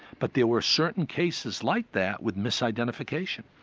but there were certain cases like that with misidentification.